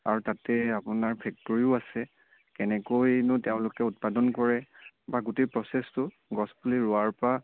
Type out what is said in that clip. আৰু তাতে আপোনাৰ ফেক্টৰীও আছে কেনেকৈনো তেওঁলোকে উৎপাদন কৰে গোটেই প্ৰচেছটো গছ পুলি ৰোৱাৰ পৰা